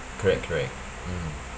correct correct mm